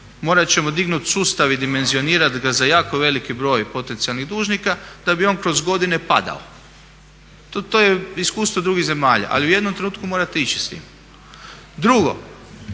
Morat ćemo dignut sustav i dimenzionirat ga za jako veliki broj potencijalnih dužnika da bi on kroz godine padao. To je iskustvo drugih zemalja. Ali u jednom trenutku morate ići s tim. Drugo,